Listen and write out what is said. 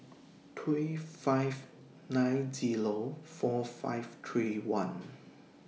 three five nine Zero four five three one